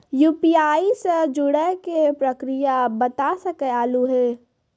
UPI से जुड़े के प्रक्रिया बता सके आलू है?